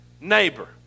neighbor